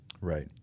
Right